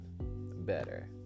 better